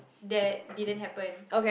that didn't happen